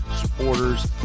supporters